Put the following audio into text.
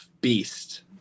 beast